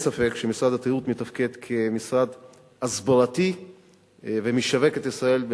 אין ספק שמשרד התיירות מתפקד כמשרד הסברתי המשווק את ישראל,